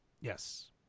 Yes